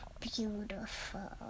Beautiful